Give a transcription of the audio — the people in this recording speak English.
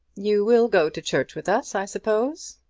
you will go to church with us, i suppose?